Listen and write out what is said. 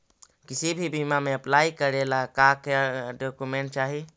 किसी भी बीमा में अप्लाई करे ला का क्या डॉक्यूमेंट चाही?